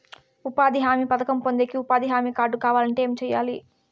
ఉపాధి హామీ పథకం పొందేకి ఉపాధి హామీ కార్డు కావాలంటే ఏమి సెయ్యాలి?